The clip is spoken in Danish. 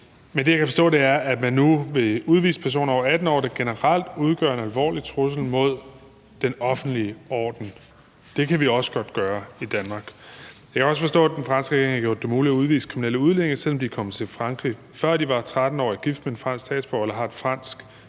men det, jeg kan forstå, er, at man nu vil udvise personer over 18 år, der generelt udgør en alvorlig trussel mod den offentlige orden. Det kan vi også godt gøre i Danmark. Jeg kan også forstå, at den franske regering har gjort det muligt at udvise kriminelle udlændinge, selv om de er kommet til Frankrig, før de var 13, år og er gift med en fransk statsborger eller har et fransk